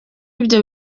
ibyo